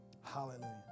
Hallelujah